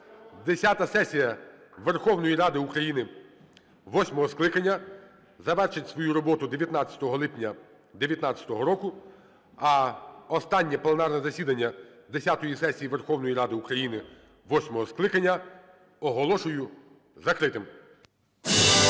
десята сесія Верховної Ради України восьмого скликання завершить свою роботу 19 липня 2019 року. А останнє пленарне засідання десятої сесії Верховної Ради України восьмого скликання оголошую закритим. (Лунає